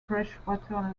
freshwater